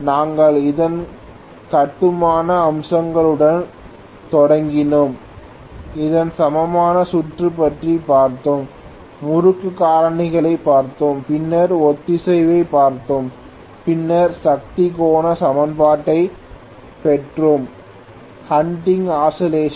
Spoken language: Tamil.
நாங்கள் அதன் கட்டுமான அம்சங்களுடன் தொடங்கினோம் அதன் சமமான சுற்று பற்றி பார்த்தோம் முறுக்கு காரணிகளைப் பார்த்தோம் பின்னர் ஒத்திசைவைப் பார்த்தோம் பின்னர் சக்தி கோண சமன்பாட்டைப் பெற்றோம் ஹண்டிங் ஆசிலேசன்